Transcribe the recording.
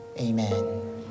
Amen